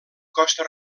costa